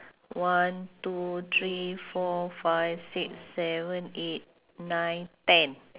one two three four five six seven eight nine ten